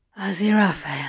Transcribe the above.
Aziraphale